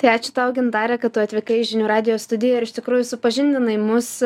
tai ačiū tau gintare kad tu atvykai į žinių radijo studiją ir iš tikrųjų supažindinai mus